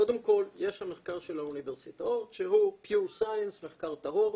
קודם כל יש המחקר של האוניברסיטאות שהוא מחקר טהור,